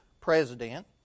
president